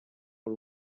per